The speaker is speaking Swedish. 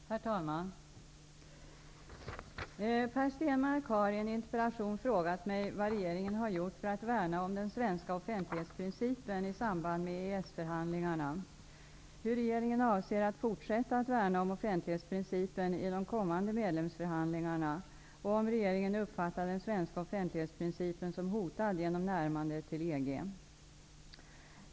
Herr talman! Per Stenmarck har i en interpellation frågat mig vad regeringen har gjort för att värna om den svenska offentlighetsprincipen i samband med EES-förhandlingarna, hur regeringen avser att fortsätta att värna om offentlighetsprincipen i de kommande medlemsförhandlingarna och om regeringen uppfattar den svenska offentlighetsprincipen som hotad genom närmandet till EG.